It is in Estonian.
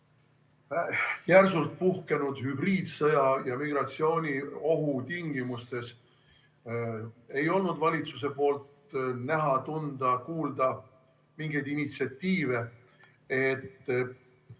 järsult puhkenud hübriidsõja ja migratsiooniohu tingimustes ei olnud valitsuse poolt näha, tunda, kuulda mingeid initsiatiive, et